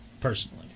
Personally